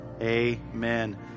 amen